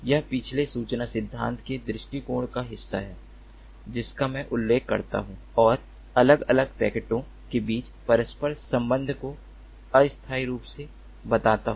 यह पिछले सूचना सिद्धांत के दृष्टिकोण का हिस्सा है जिसका मैं उल्लेख करता हूं और अलग अलग पैकेटों के बीच परस्पर संबंध को अस्थायी रूप से बताता हूं